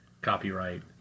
Copyright